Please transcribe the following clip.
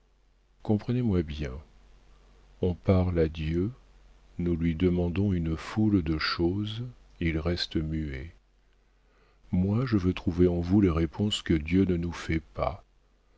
comprenez moi bien on parle à dieu nous lui demandons une foule de choses il reste muet moi je veux trouver en vous les réponses que dieu ne nous fait pas